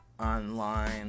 Online